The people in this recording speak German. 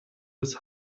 des